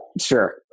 sure